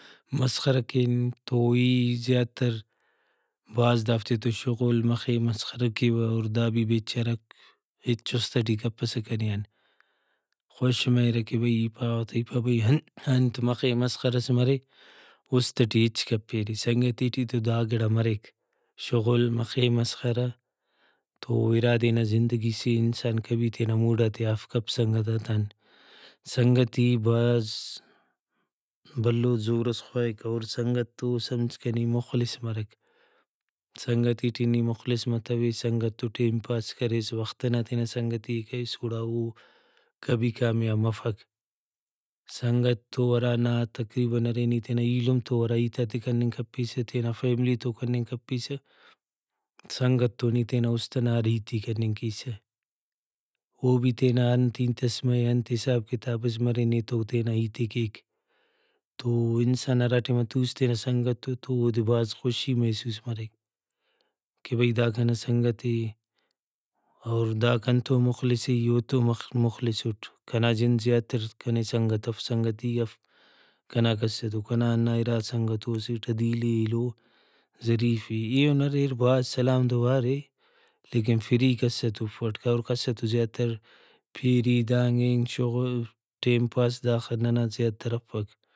مسخرہ کین تو ای زیاتر بھاز دافتے تو شغل مخے مسخرہ کیوہ اور دا بھی بیچارہک ہچ اُست ٹی کپسہ کنے آن خوش مریرہ کہ بھئی ای پاوہ تہ بھی انت مخے مسخرہ ئس مریک اُست ٹی ہچ کپیرے سنگتی ٹی تو دا گڑا مریک شُغل مخے مسخرہ تو اِرادے نا زندگی سے انسان کبھی تینا موڈاتے آف کپ سنگتاتان۔ سنگتی بھاز بھلو زور ئس خواہک اور سنگت تو سمجھکہ نی مخلص مرک سنگتی ٹی نی مخلص متویس سنگت تو ٹائم پاس کریس وخت ئنا تینا سنگتی ئے کریس گڑا او کبھی کامیاب مفک سنگت تو ہرا نا تقریباً ارے نی تینا ایلم تو ہرا ہیتاتے کننگ کپیسہ تینا فیملی تو کننگ کپیسہ سنگت تو نی تینا اُستنا ہر ہیتے کننگ کیسہ۔ او بھی تینا انت ہیتس مرے انت حساب کتابس مرے نیتو او تینا ہیتے کیک تو انسان ہراٹائما توس تینا سنگت تو تو اودے بھاز خوشی محسوس مریک کہ بھئی دا کنا سنگتے اور دا کنتو مخلصے ای اوتو مخلص اُٹ کنا جند زیاتر کنے سنگت اف سنگتی اف کنا کس ئتو کنا ہندا اِرا سنگتو اسٹ عدیل اے ایلو ظریف اے۔ ایہن اریر بھاز سلام دعا ارے لیکن فری کس ئتو افٹ اور کس ئتو زیاتر پیری دانگ اینگ شغل ٹائم پاس داخہ ننا زیاتر افک۔